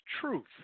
truth